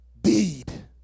deed